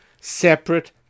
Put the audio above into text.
separate